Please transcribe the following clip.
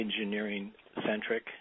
engineering-centric